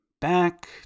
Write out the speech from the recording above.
back